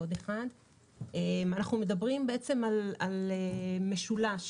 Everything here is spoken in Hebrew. אנחנו מדברים על משולש.